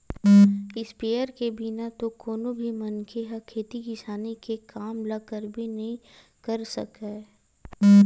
sprayer के बिना तो कोनो भी मनखे ह खेती किसानी के काम ल करबे नइ कर सकय